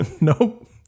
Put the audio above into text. Nope